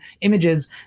images